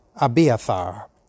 Abiathar